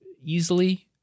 easily